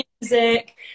music